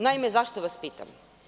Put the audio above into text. Naime, zašto vas to pitam?